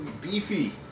Beefy